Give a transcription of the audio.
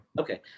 Okay